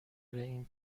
این